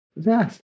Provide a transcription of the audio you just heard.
Yes